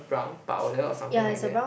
brown powder or something like that